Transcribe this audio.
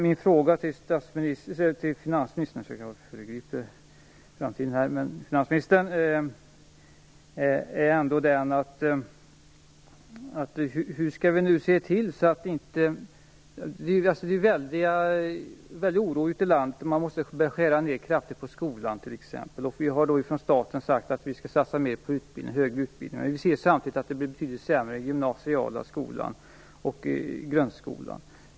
Min fråga till finansministern rör den väldiga oro som finns ute i landet. Man måste t.ex. skära ned kraftigt på skolan. Från statens sida har man sagt att det nu skall satsas mer på högre utbildning. Samtidigt ser vi att det blir betydligt sämre inom gymnasieskolan och grundskolan.